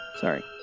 Sorry